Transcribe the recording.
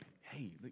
hey